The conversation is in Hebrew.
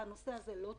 הנושא הזה לא טופל.